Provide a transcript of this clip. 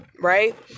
right